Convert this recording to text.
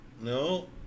No